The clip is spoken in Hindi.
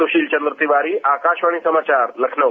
सुशील चन्द्र तिवारी आकाशवाणी समाचार लखनऊ